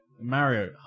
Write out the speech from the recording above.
Mario